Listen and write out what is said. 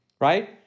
right